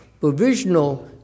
Provisional